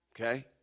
Okay